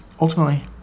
ultimately